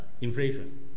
inflation